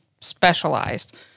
specialized